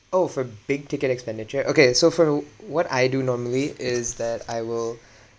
oh for big ticket expenditure okay so for what I do normally is that I will